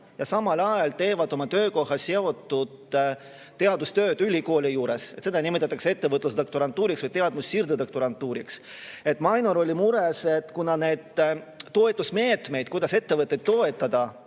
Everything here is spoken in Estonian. ja samal ajal teevad oma töökohaga seotud teadustööd ülikooli juures. Seda nimetatakse ettevõtlusdoktorantuuriks või teadmussiirde doktorantuuriks. Mainor oli mures, et kuna meetmed, millega toetada